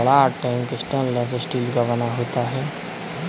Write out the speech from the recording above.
बड़ा tank stainless steel का बना होता है